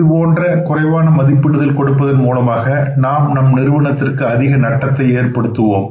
இதுபோன்ற குறைவான மதிப்பிடுதல் கொடுப்பதன் மூலமாக நாம் நம் நிறுவனத்திற்கு அதிக நட்டத்தை ஏற்படுத்துவோம்